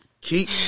keep